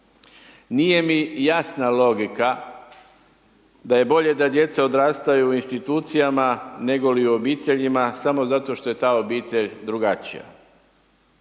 Nije mi jasna logika da je bolje da djeca odrastaju u institucijama nego li u obiteljima, samo zato što je ta obitelj drugačija.